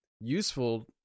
useful